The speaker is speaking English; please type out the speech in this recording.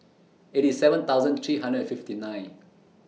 eighty seven thousand three hundred and fifty nine